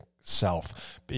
self